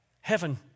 Heaven